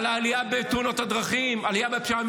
לעלייה בתאונות הדרכים, לעלייה בפשיעה?